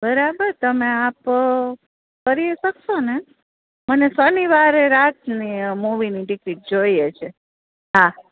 બરાબર તમે આપ કરી શકશો ને મને શનિવારે રાતની મુવીની ટીકીટ જોઈએ છે હા